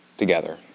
Together